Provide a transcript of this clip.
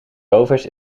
rovers